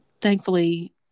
thankfully